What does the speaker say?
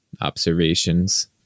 observations